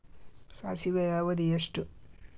ಸಾಸಿವೆಯ ಅವಧಿ ಎಷ್ಟು?